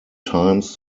times